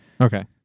okay